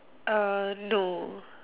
uh no